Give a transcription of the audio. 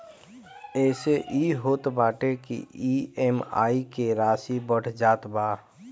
एसे इ होत बाटे की इ.एम.आई के राशी बढ़ जात बा